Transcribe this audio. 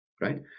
right